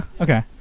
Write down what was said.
okay